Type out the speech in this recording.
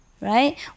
Right